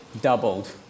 doubled